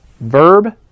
verb